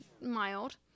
mild